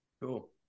cool